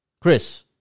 Chris